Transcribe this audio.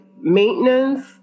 maintenance